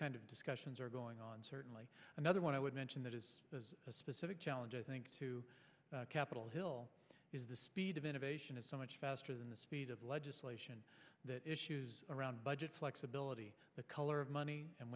kind of discussions are going on certainly another one i would mention that is specific challenges i think to capitol hill is the speed of innovation is so much faster than the speed of legislation that issues around budget flexibility the color of money and